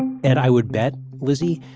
and and i would bet, lizzie,